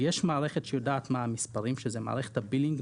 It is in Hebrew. יש מערכת שיודעת מה המספרים שזו מערכת ה-בילינג,